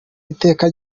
iteka